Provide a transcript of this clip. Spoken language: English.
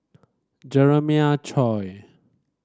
Jeremiah Choy